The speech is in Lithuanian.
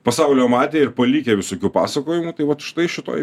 pasaulio matę ir palikę visokių pasakojimų tai vat štai šitoj